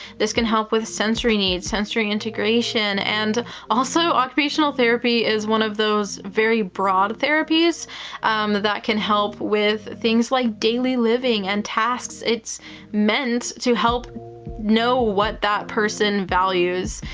this can help with sensory needs, sensory integration, and also occupational therapy is one of those very broad therapies that can help with things like daily living and tasks. it's meant to help know what that person values,